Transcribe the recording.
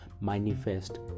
manifest